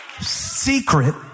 Secret